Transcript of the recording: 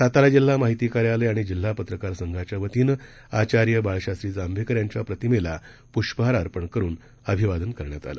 सातारा जिल्हा माहिती कार्यालय आणि जिल्हा पत्रकार संघाच्यावतीनं आचार्य बाळशास्त्री जांभेकर यांच्या प्रतिमेला पुष्पहार अर्पण करुन अभिवादन करण्यातआलं